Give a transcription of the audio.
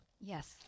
Yes